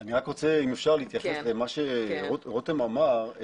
אני רק רוצה אם אפשר להתייחס למה שרותם אמר.